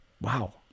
wow